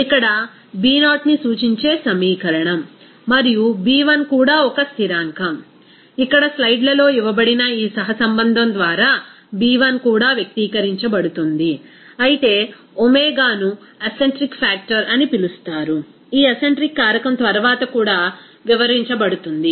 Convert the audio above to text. ఇక్కడ B0ని సూచించే సమీకరణం మరియు B1 కూడా ఒక స్థిరాంకం ఇక్కడ స్లయిడ్లలో ఇవ్వబడిన ఈ సహసంబంధం ద్వారా B1 కూడా వ్యక్తీకరించబడుతుంది అయితే ఒమేగాను అసెంట్రిక్ ఫ్యాక్టర్ అని పిలుస్తారు ఈ అసెంట్రిక్ కారకం తర్వాత కూడా వివరించబడుతుంది